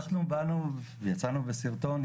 אנחנו יצאנו בסרטון,